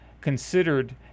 considered